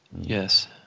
Yes